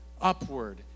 upward